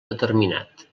determinat